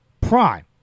prime